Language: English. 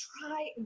try